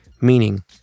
Meaning